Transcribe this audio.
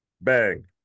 Bang